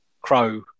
Crow